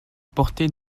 porter